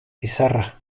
izarra